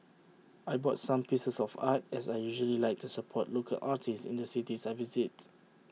I bought some pieces of art as I usually like to support local artists in the cities I visit